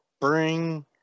bring